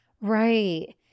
Right